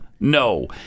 No